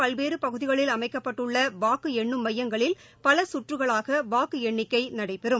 பல்வேறுபகுதிகளில் அமைக்கப்பட்டுள்ளவாக்குஎண்ணும் மையங்களில் நாட்டின் பலகற்றுகளாகவாக்குஎண்ணிக்கைநடைபெறும்